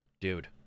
Dude